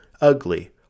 ugly